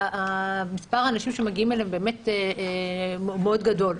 שמספר האנשים מגיעים אליהם הוא באמת מאוד גדול.